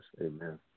Amen